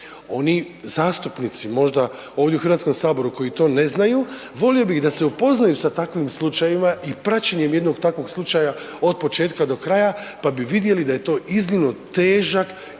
Oni zastupnici možda ovdje u Hrvatskom saboru koji to ne znaju volio bih da se upoznaju sa takvim slučajevima i praćenjem jednog takvog slučaja od početka do kraja, pa bi vidjeli da je to iznimno težak i složen